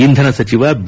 ಇಂಧನ ಸಚಿವ ಬಿ